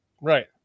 Right